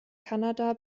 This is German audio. kanada